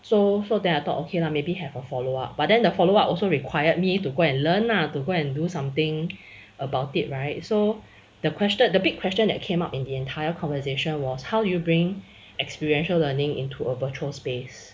so so then I thought okay lah maybe have a follow up but then the follow up also require me to go and learn lah to go and do something about it right so the question the big question that came up in the entire conversation was how you bring experiential learning into a virtual space